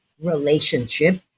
relationship